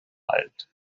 alt